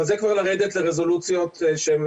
אבל זה כבר לרדת לרזולוציות שהן